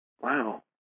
wow